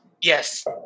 Yes